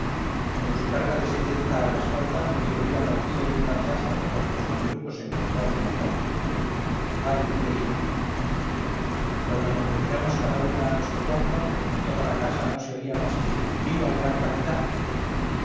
con su carga de setenta a la espalda él hubiera partido de un lanzazo a cuantos mamelucos encontrara en la calle ay qué día cuando nos retiramos cada una a nuestro cuarto en toda la casa no se oía más que viva el gran capitán